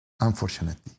unfortunately